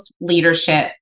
Leadership